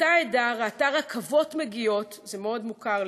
אותה עדה ראתה רכבות מגיעות" זה מאוד מוכר,